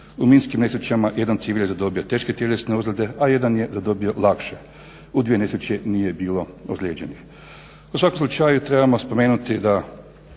U minskim nesrećama jedan civil je zadobio teške tjelesne ozljede, a jedan je zadobio lakše. U dvije nesreće nije bilo ozlijeđenih. U svakom slučaju trebamo spomenuti da